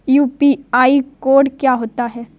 UPI code क्या होता है?